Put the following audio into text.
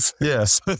Yes